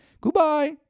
Goodbye